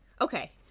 Okay